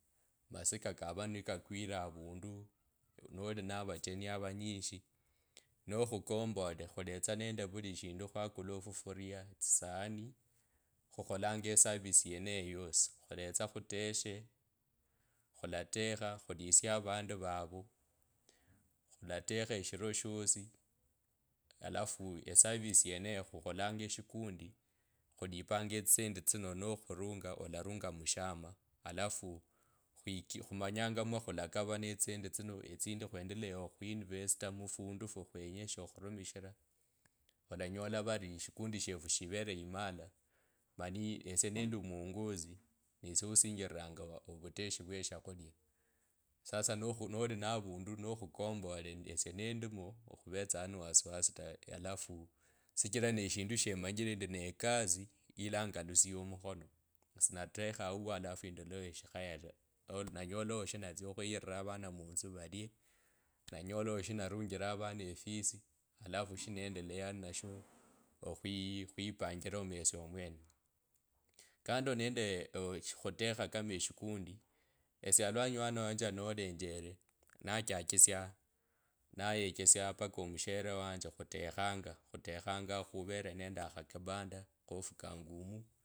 Masika kava nikakwile avundu noli na avacheni avanyisha nokhukombole khuletsa nende vuli eshindu khwakula ofufuria etsisani khukholanga eservice yeneyo yosio khwaletsa khuteshe khulatekha khulisie avandu vave khulatekha eshilo shoshi alafu eservice yeneyo khukholanga eshukundi ikhulipanga etsisendi tsino nokhuranga olarunga mushama alafu khuki khumanyanga mu khwalakava etsisendi tsino etsindi khwendeleya khuinivesta mufundu fukhwenyeshe okhurumishira olanyola vari eshikundi shefu shivele imala mani esie nende omwangaza nisie isinjiriranga ovuteshi vye shukhulia sasa noli na avandu nokhukombole esie nendimo khuvetsanga nende wasiwasi tawe alafu neshindu shemanyire endi nekasi ilangalusiya omukhono sinatekha auwo alafu endureo shikhaya ta. Nanyolowo shinatsya okhuyiriva avana munzu value nanyolowo shinatsya okhuyiriva avana munzu valie nanyolowo shinavunjira omwana efisi alafu shinendeleya ninesho okhwioanjilomo esie omwene kando nende okhutekha kama eshikundi esie alwanyi wannje nolenjele nachakusya nayechesia paka omushele wanje khutekhanga khutekhanga khuvele nende akhakinanda kho ofukundumu.